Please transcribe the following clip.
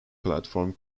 platform